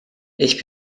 ich